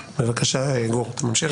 בבקשה, גור, תמשיך.